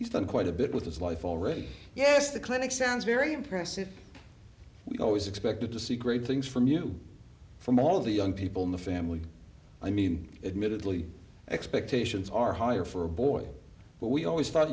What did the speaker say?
done quite a bit with his life already yes the clinic sounds very impressive we always expected to see great things from you from all the young people in the family i mean admittedly expectations are higher for a boy but we always thought